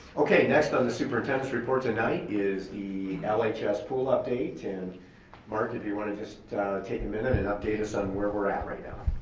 okay, next on the superintendent's report tonight is the like lhs pool update and mark if you want to just take a minute and update us on where we're at right now.